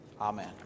Amen